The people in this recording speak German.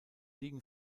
liegen